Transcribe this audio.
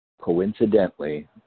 coincidentally